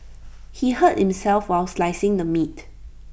he hurt himself while slicing the meat